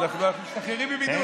אנחנו משתחררים מבידוד.